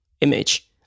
image